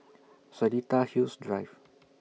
Seletar Hills Drive